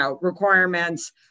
requirements